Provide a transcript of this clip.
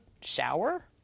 shower